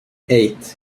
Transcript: eight